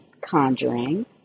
conjuring